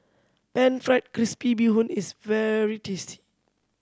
Pan Fried Crispy Bee Hoon is very tasty